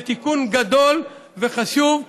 זה תיקון גדול וחשוב,